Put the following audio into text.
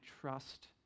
trust